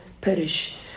perish